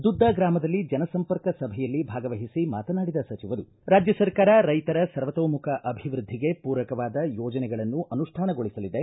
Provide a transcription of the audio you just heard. ದುದ್ದ ಗ್ರಾಮದಲ್ಲಿ ಜನ ಸಂಪರ್ಕ ಸಭೆಯಲ್ಲಿ ಭಾಗವಹಿಸಿ ಮಾತನಾಡಿದ ಸಚಿವರು ರಾಜ್ಯ ಸರ್ಕಾರ ರೈತರ ಸರ್ವತೋಮುಖ ಅಭಿವೃದ್ದಿಗೆ ಪೂರಕವಾದ ಯೋಜನೆಗಳನ್ನು ಅನುಷ್ಠಾಗೊಳಿಸಲಿದೆ